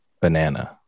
banana